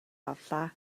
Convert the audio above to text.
авлаа